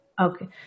Okay